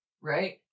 right